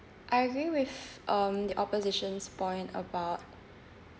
I agree with um the opposition's point about